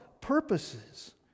purposes